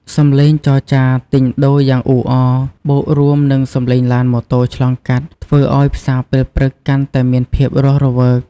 សំឡេងចរចាទិញដូរយ៉ាងអ៊ូអរ បូករួមនឹងសំឡេងឡានម៉ូតូឆ្លងកាត់ ធ្វើឲ្យផ្សារពេលព្រឹកកាន់តែមានភាពរស់រវើក។